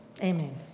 Amen